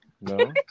No